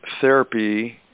therapy